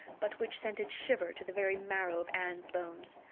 but which sent a shiver to the very marrow of anne's bones.